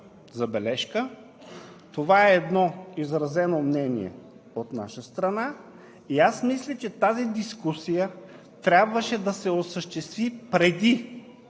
забележка, това е едно изразено мнение от наша страна. Мисля, че тази дискусия трябваше да се осъществи преди